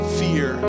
fear